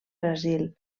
brasil